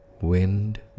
wind